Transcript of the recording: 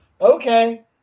Okay